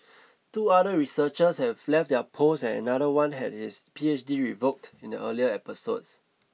two other researchers have left their posts and another one had his P H D revoked in the earlier episode